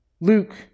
Luke